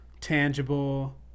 tangible